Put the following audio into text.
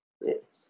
Yes